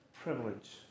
Privilege